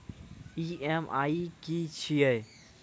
EMI की छिये?